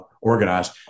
organized